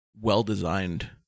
well-designed